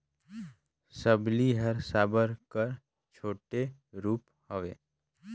सबली हर साबर कर छोटे रूप हवे